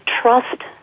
trust